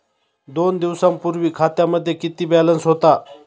दोन दिवसांपूर्वी खात्यामध्ये किती बॅलन्स होता?